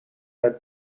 haar